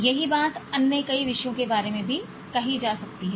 यही बात अन्य कई विषयों के बारे में भी कही जा सकती है